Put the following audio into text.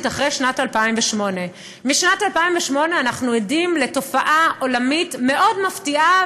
אחרי שנת 2008. משנת 2008 אנחנו עדים לתופעה עולמית מאוד מפתיעה,